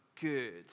good